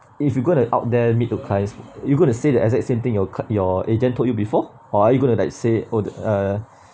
if you gonna out there meet your clients you gonna say the exact same thing your cu~ your agent told you before or are you gonna like say oh the uh